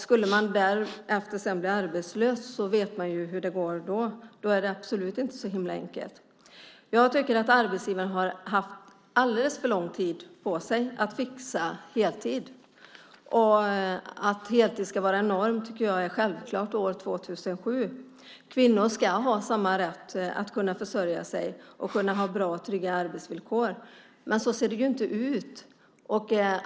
Skulle man sedan bli arbetslös vet man ju hur det går. Då är det inte så himla enkelt. Jag tycker att arbetsgivarna har haft alldeles för lång tid på sig att fixa heltid. Att heltid ska vara norm tycker jag är självklart år 2007. Kvinnor ska ha samma rätt att kunna försörja sig och kunna ha bra och trygga arbetsvillkor. Men så ser det inte ut.